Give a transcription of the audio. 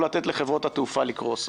לא לתת לחברות התעופה לקרוס.